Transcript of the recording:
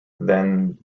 than